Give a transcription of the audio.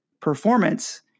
performance